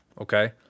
Okay